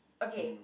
okay